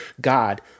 God